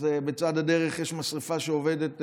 אז בצד הדרך יש משרפה שעובדת,